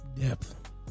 depth